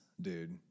dude